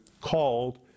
called